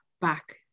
back